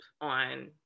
on